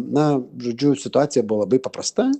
na žodžiu situacija buvo labai paprasta